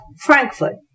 Frankfurt